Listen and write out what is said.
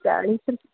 ਚਾਲੀ